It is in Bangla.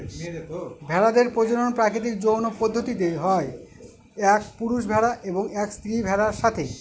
ভেড়াদের প্রজনন প্রাকৃতিক যৌন পদ্ধতিতে হয় এক পুরুষ ভেড়া এবং এক স্ত্রী ভেড়ার সাথে